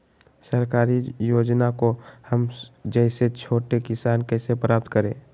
सरकारी योजना को हम जैसे छोटे किसान कैसे प्राप्त करें?